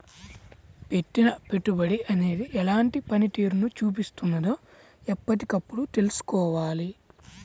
పెట్టిన పెట్టుబడి అనేది ఎలాంటి పనితీరును చూపిస్తున్నదో ఎప్పటికప్పుడు తెల్సుకోవాలి